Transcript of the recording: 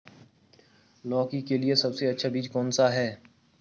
लौकी के लिए सबसे अच्छा बीज कौन सा है?